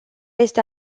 este